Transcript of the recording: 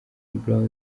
dream